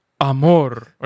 Amor